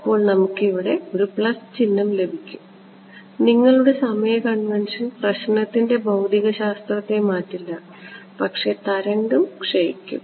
അപ്പോൾ നമുക്ക് ഇവിടെ ഒരു പ്ലസ് ചിഹ്നം ലഭിക്കും നിങ്ങളുടെ സമയ കൺവെൻഷൻ പ്രശ്നത്തിന്റെ ഭൌതികശാസ്ത്രത്തെ മാറ്റില്ല പക്ഷേ തരംഗം ക്ഷയിക്കും